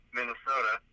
Minnesota